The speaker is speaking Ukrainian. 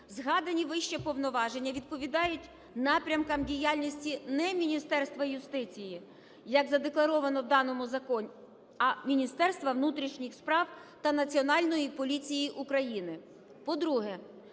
згадані вище повноваження відповідають напрямкам діяльності не Міністерства юстиції, як задекларовано в даному законі, а Міністерства внутрішніх справ та Національної поліції України. По-друге,